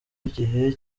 igihe